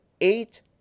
eight